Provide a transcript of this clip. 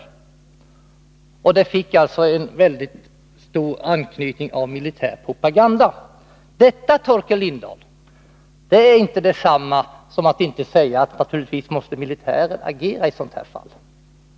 Det hela fick alltså en väldigt stark anstrykning av militär propaganda. Detta, Torkel Lindahl, är inte detsamma som att inte säga att militär naturligtvis måste agera i ett sådant fall.